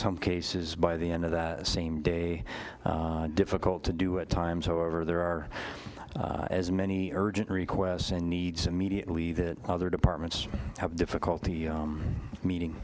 some cases by the end of that same day difficult to do at times however there are as many urgent requests and needs immediately that other departments have difficulty meeting